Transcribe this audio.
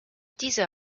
dieser